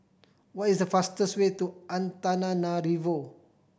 what is the fastest way to Antananarivo